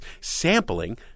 sampling